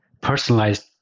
personalized